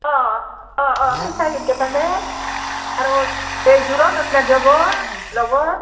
অ' অ' আৰু এই জোৰণত নাযাব লগত